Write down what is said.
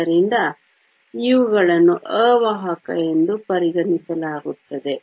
ಆದ್ದರಿಂದ ಇವುಗಳನ್ನು ಅವಾಹಕ ಎಂದು ಪರಿಗಣಿಸಲಾಗುತ್ತದೆ